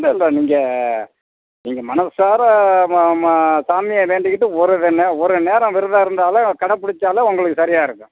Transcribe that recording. இல்லை இல்லை நீங்கள் நீங்கள் மனசார சாமியை வேண்டிக்கிட்டு ஒரு ஒரு நேரம் விரதம் இருந்தாலும் கடை பிடிச்சாலும் உங்களுக்கு சரியாக இருக்கும்